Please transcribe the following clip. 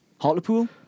Hartlepool